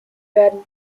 werden